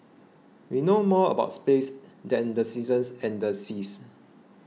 we know more about space than the seasons and the seas